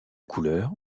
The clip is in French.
couleur